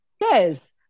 Yes